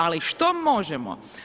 Ali što možemo?